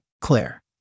Claire